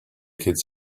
kids